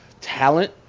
talent